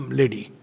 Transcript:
lady